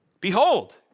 behold